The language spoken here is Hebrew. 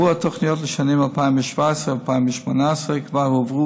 עבור התוכניות לשנים 2017 ו-2018 כבר הועברו